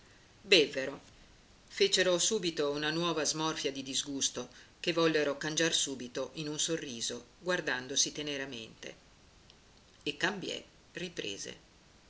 bevvero fecero una nuova smorfia di disgusto che vollero cangiar subito in un sorriso guardandosi teneramente e cambiè riprese